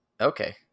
Okay